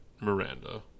miranda